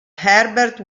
herbert